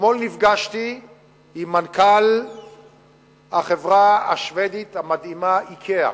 אתמול נפגשתי עם מנכ"ל החברה השבדית המדהימה "איקאה",